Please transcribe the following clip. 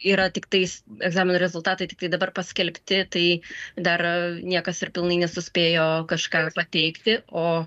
yra tiktais egzaminų rezultatai tiktai dabar paskelbti tai dar niekas ir pilnai nesuspėjo kažką pateikti o